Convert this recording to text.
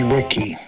Ricky